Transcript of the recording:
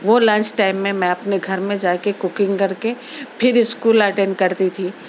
وہ lunch time میں میں اپنے گھر میں جا کے کوکنگ کر کے پھر اسکول اٹین کرتی تھی